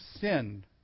sinned